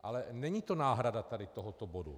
Ale není to náhrada tady tohoto bodu.